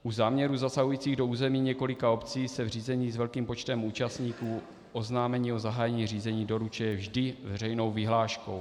U záměrů zasahujících do území několika obcí se v řízení s velkým počtem účastníků oznámení o zahájení řízení doručuje vždy veřejnou vyhláškou.